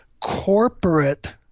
corporate